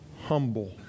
humble